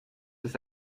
ist